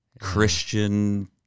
Christian